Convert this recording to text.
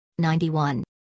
91